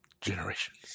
Generations